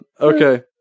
okay